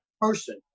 person